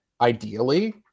ideally